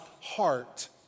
heart